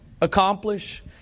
accomplish